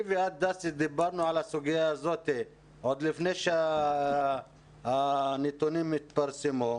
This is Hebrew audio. אני ואת דיברנו על הסוגיה הזאת עוד לפני שהנתונים התפרסמו,